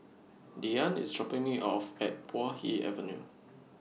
Diane IS dropping Me off At Puay Hee Avenue